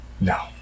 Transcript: No